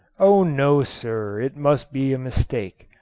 oh, no, sir, it must be a mistake,